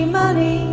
money